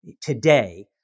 today